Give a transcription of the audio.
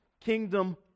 kingdom